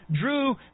drew